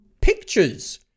pictures